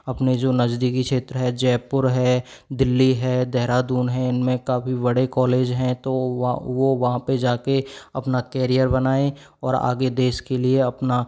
अपने जो नज़दीकी क्षेत्र है जयपुर है दिल्ली है देहरादून है इन में काफ़ी बड़े कॉलेज हैं तो वह वो वहाँ पर जा कर अपना कैरियर बनाएँ और आगे देश के लिए अपना